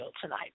tonight